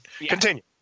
continue